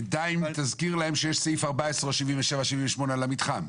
בנתיים תזכיר להם שיש סעיף 14 או 77, 78 למתחם.